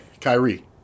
Kyrie